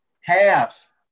half